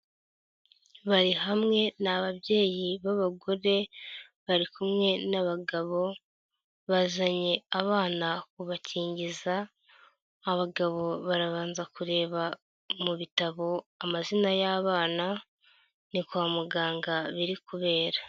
Bari hamwe, ni ababyeyi b'abagore, bari kumwe n'abagabo, bazanye abana kubakingiza, abagabo barabanza kureba mu bitabo amazina y'abana, ni kwa muganga biri kubera.